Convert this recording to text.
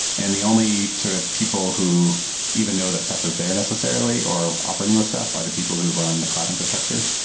and the only sort of people who even know that ceph is there necessarily or operating with ceph are the people who run the cloud infrastructure.